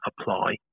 apply